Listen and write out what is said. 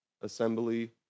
assembly